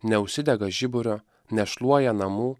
neužsidega žiburio nešluoja namų